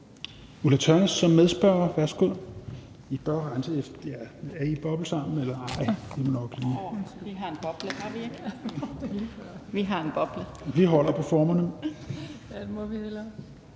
Ulla Tørnæs som medspørger.